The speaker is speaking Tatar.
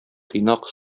тыйнак